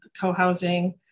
co-housing